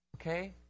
Okay